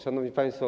Szanowni Państwo!